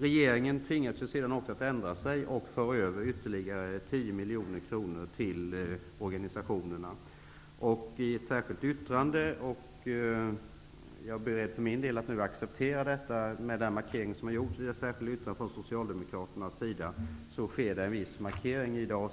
Regeringen tvingades sedan också att ändra sig och föra över ytterligare 10 miljoner kronor till olika organisationer. Jag är för min del beredd att nu acceptera detta med den markering som har gjorts i det särskilda yttrandet från socialdemokraternas sida. Det är också en viss markering av